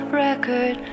record